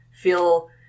feel